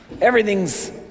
Everything's